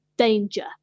danger